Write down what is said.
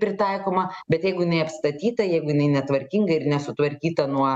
pritaikoma bet jeigu jinai apstatyta jeigu jinai netvarkinga ir nesutvarkyta nuo